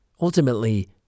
Ultimately